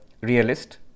realist